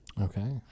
Okay